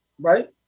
right